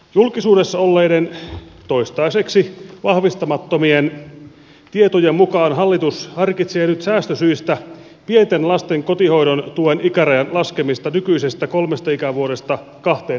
julkisuudessa olleiden toistaiseksi vahvistamattomien tietojen mukaan hallitus harkitsee nyt säästösyistä pienten lasten kotihoidon tuen ikärajan laskemista nykyisestä kolmesta ikävuodesta kahteen ikävuoteen